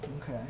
Okay